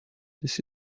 this